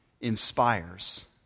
inspires